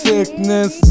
Sickness